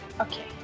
okay